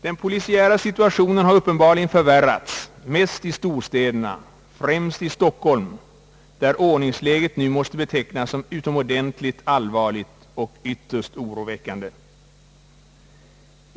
Den polisiära situationen har uppenbarligen förvärrats, mest i storstäderna och främst i Stockholm, där ordningsläget nu måste betecknas som utomordentligt allvarligt och ytterst oroväckande.